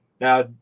Now